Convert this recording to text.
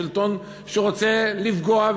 שלטון שרוצה לפגוע,